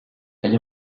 elle